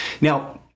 Now